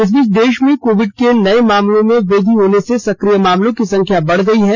इस बीच देश में कोविड के नये मामलों में वृद्धि होने से सक्रिय मामलों की संख्या बढ़ गई है